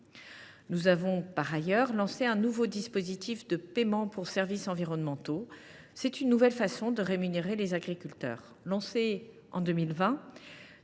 nous avons lancé un nouveau dispositif de paiements pour services environnementaux, constituant une nouvelle façon de rémunérer les agriculteurs. Lancé en 2020,